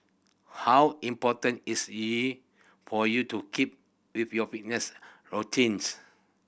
how important is it for you to keep with your fitness routines